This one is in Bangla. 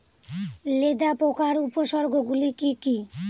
লেদা পোকার উপসর্গগুলি কি কি?